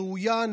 ראויה,